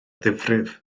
ddifrif